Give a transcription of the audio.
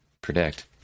predict